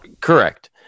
Correct